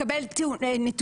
לקבל את המסקנות,